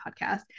podcast